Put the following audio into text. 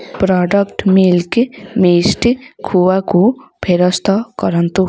product Milky Mist ଖୁଆକୁ ଫେରସ୍ତ କରନ୍ତୁ